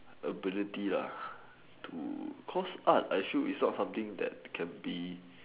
ability lah to cause art I sure is not something that can be